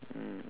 mm